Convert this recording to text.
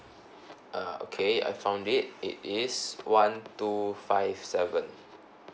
uh okay I found it it is one two five seven